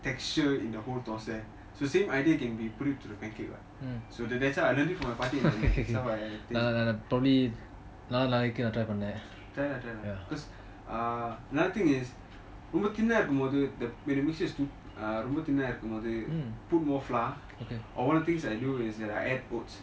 texture in the whole thosai so same idea can be proved to the pancake [what] so that's that's how I learn it for my paati to my pancakes that's how I try lah try lah cause another thing is that ரொம்ப:romba thin eh இருக்கும் போது:irukum bothu when the mixture is too ரொம்ப:romba thin eh இருக்கும் போது:irukum bothu put more flour or one thing is that I do is that I uh add oats